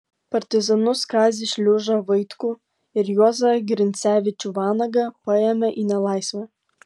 partizanus kazį šliužą vaitkų ir juozą grincevičių vanagą paėmė į nelaisvę